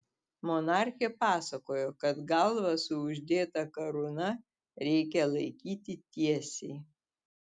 monarchė pasakojo kad galvą su uždėta karūna reikia laikyti tiesiai